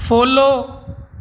follow